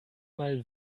mal